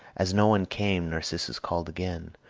as no one came, narcissus called again,